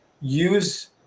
Use